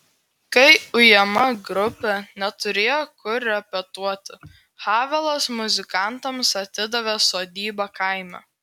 kai ujama grupė neturėjo kur repetuoti havelas muzikantams atidavė sodybą kaime